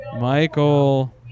Michael